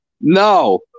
No